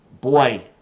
Boy